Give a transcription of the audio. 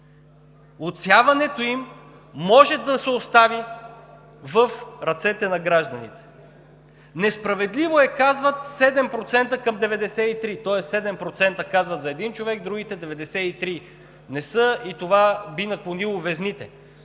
Отсяването им може да се остави в ръцете на гражданите. Несправедливо е, казват, 7% към 93%, тоест 7% казват за един човек, другите 93% не са казали и това би наклонило везните.